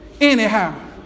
anyhow